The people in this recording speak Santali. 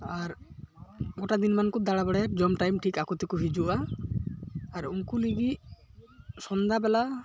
ᱟᱨ ᱜᱚᱴᱟ ᱫᱤᱱᱢᱟᱱ ᱠᱚ ᱫᱟᱬᱟ ᱵᱟᱲᱟᱭᱟ ᱡᱚᱢ ᱴᱟᱭᱤᱢ ᱴᱷᱤᱠ ᱟᱠᱚᱛᱮᱠᱚ ᱦᱤᱡᱩᱜᱼᱟ ᱟᱨ ᱩᱱᱠᱩ ᱞᱟᱹᱜᱤᱫ ᱥᱚᱱᱫᱷᱟ ᱵᱮᱞᱟ